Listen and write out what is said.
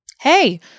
Hey